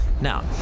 Now